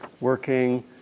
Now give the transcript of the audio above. working